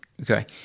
Okay